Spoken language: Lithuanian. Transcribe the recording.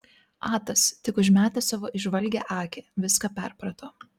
atas tik užmetęs savo įžvalgią akį viską perprato